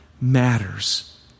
matters